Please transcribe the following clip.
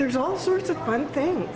there's all sorts of fun things